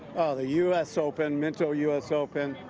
the us open, minto us open,